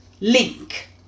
link